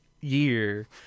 year